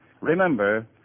Remember